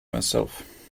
myself